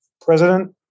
president